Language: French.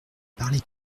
parlé